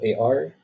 AR